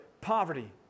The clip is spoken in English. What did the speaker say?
poverty